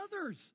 others